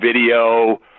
video